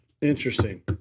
Interesting